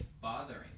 bothering